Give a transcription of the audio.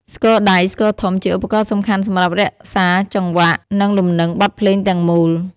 ស្គរដៃ ស្គរធំ ជាឧបករណ៍សំខាន់សម្រាប់រក្សាចង្វាក់ និងលំនឹងបទភ្លេងទាំងមូល។